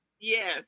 Yes